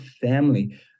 family